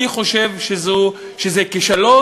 אני חושב שזה כישלון,